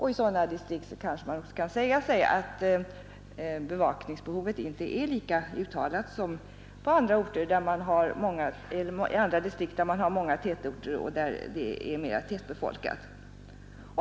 I sådana distrikt kanske man kan säga sig att bevakningsbehovet inte är lika uttalat som i andra distrikt där man har många tätorter och där det är mera tätbefolkat.